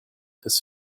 his